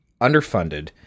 underfunded